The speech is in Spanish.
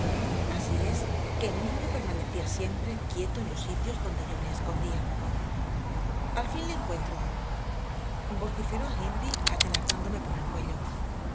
así es que el niño permanecía siempre quieto en los sitios donde yo le escondía al fin le encuentro vociferó hindley atenazándome por el cuello